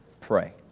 pray